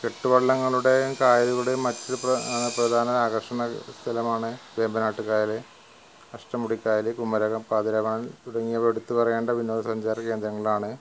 കെട്ടുവള്ളങ്ങളുടെയും കായലുകളുടെയും മറ്റ് പ്രധാന ആകർഷണ സ്ഥലമാണ് വേമ്പനാട്ട് കായൽ അഷ്ടമുടിക്കായൽ കുമരകം പതിരാമണൽ തുടങ്ങിയവ എടുത്തു പറയണ്ട വിനോദസഞ്ചാര കേന്ദ്രങ്ങളാണ്